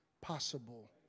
possible